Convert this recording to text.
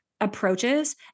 approaches